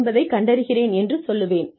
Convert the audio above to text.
என்பதைக் கண்டறிகிறேன் என்று சொல்வேன்